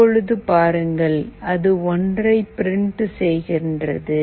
இப்போது பாருங்கள் அது ஒன்றை பிரிண்ட் செய்கிறது